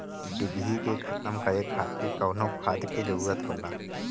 डिभी के खत्म करे खातीर कउन खाद के जरूरत होला?